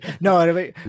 no